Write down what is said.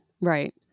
Right